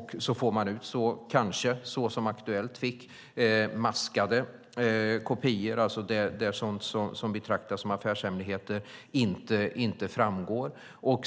Kanske får man som Aktuellt ut maskade kopior, alltså där det som betraktas som affärshemligheter inte framgår. Man